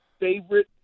favorite